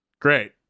Great